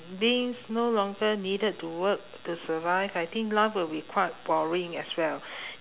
beings no longer needed to work to survive I think life will be quite boring as well